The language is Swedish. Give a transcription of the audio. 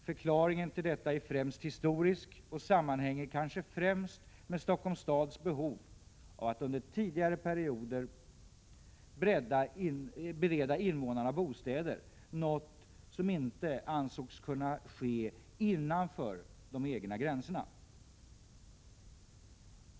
Förklaringen till detta är främst historisk och sammanhänger kanske främst med Stockholms stads behov under tidigare perioder av att bereda invånarna bostäder, något som inte ansågs kunna ske innanför de egna gränserna.